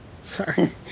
Sorry